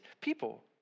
people